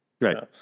Right